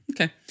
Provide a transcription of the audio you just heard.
Okay